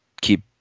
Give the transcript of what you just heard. keep